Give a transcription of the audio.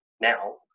now